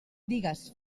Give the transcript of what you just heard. digues